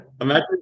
imagine